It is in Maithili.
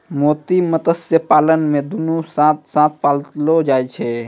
मोती मत्स्य पालन मे दुनु साथ साथ पाललो जाय छै